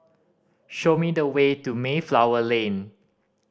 show me the way to Mayflower Lane